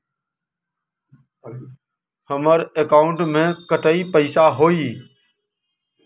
हमार अकाउंटवा में कतेइक पैसा हई?